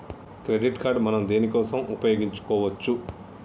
Credit card మనం దేనికోసం ఉపయోగించుకోవచ్చు?